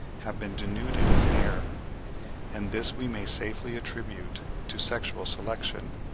have been denuded of hair and this we may safely attribute to sexual selection,